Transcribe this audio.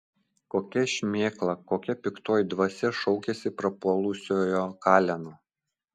kokia šmėkla kokia piktoji dvasia šaukiasi prapuolusiojo kaleno